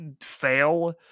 fail